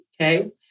Okay